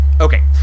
Okay